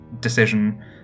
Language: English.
decision